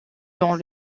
dans